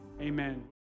Amen